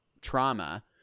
trauma